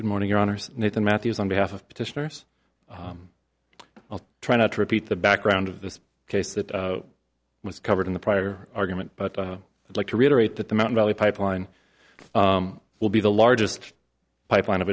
good morning your honors nathan matthews on behalf of petitioners i'll try not to repeat the background of this case that was covered in the prior argument but i would like to reiterate that the mountain valley pipeline will be the largest pipeline of